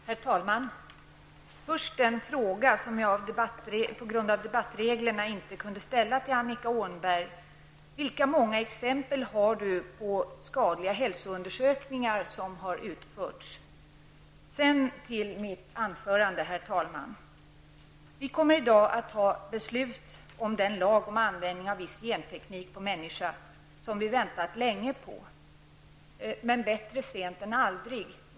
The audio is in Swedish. Herr talman! Först vill jag ställa en fråga som jag på grund av debattreglerna inte kunde ställa tidigare till Annika Åhnberg. Vilka många exempel har Annika Åhnberg på skadliga hälsoundersökningar som har utförts? Herr talman! Vi kommer i dag att fatta beslut om den lag om användning av viss genteknik på människa som vi har väntat länge på, men bättre sent än aldrig.